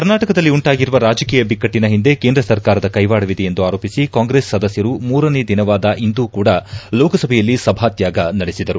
ಕರ್ನಾಟಕದಲ್ಲಿ ಉಂಟಾಗಿರುವ ರಾಜಕೀಯ ಬಿಕ್ಕಟ್ಟಿನ ಹಿಂದೆ ಕೇಂದ್ರ ಸರ್ಕಾರದ ಕೈವಾಡವಿದೆ ಎಂದು ಆರೋಪಿಸಿ ಕಾಂಗ್ರೆಸ್ ಸದಸ್ಯರು ಮೂರನೇ ದಿನವಾದ ಇಂದು ಕೂಡಾ ಲೋಕಸಭೆಯಲ್ಲಿ ಸಭಾ ತ್ಯಾಗ ನಡೆಸಿದರು